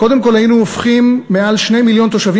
קודם כול היינו הופכים מעל 2 מיליון תושבים